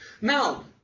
Now